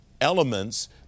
elements